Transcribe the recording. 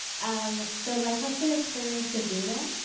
um so my question is for sabrina.